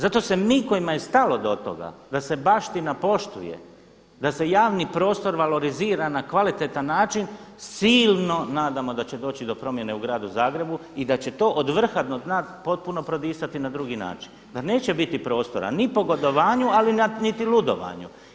Zato se mi kojima je stalo do toga da se baština poštuje, da se javni prostor valorizira na kvalitetan način silno nadamo da će doći do promjene u gradu Zagrebu i da će to od vrha do dna potpuno prodisati na drugi način, da neće biti prostora ni pogodovanju, ali niti ludovanju.